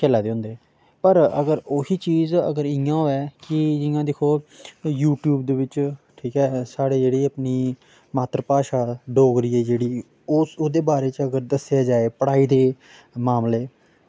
खेल्ला दे होंदे पर अगर ओह् ही चीज़ अगर इ'यां होऐ कि जि'यां दिक्खो यूट्यूब दे बिच्च ठीक ऐ साढ़ी जेह्ड़ी अपनी मात्तर भाशा डोगरी ऐ जेह्ड़ी ओह्दे बारै च अगर दस्सेआ जाए पढ़ाई दे मामले